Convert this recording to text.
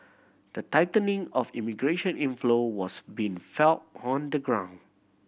the tightening of immigration inflow was being felt on the ground